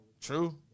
True